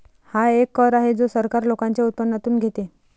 हा एक कर आहे जो सरकार लोकांच्या उत्पन्नातून घेते